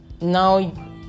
now